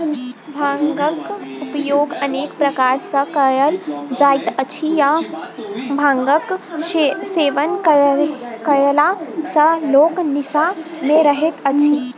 भांगक उपयोग अनेक प्रकार सॅ कयल जाइत अछि आ भांगक सेवन कयला सॅ लोक निसा मे रहैत अछि